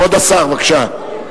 כבוד השר, בבקשה.